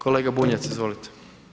Kolega Bunjac, izvolite.